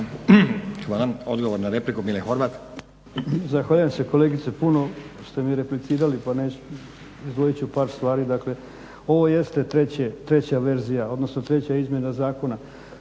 Hvala. Odgovor na repliku Mile Horvat. **Horvat, Mile (SDSS)** Zahvaljujem se kolegice. Puno ste mi replicirali pa neću, izdvojiti ću par stvari. Dakle, ovo jeste treća verzija, odnosno treća izmjena zakona.